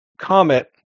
comet